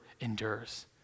endures